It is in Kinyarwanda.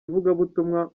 ivugabutumwa